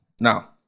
Now